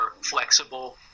flexible